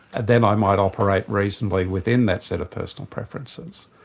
and then i might operate reasonably within that set of personal preferences.